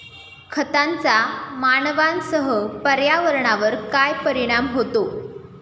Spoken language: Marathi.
खतांचा मानवांसह पर्यावरणावर काय परिणाम होतो?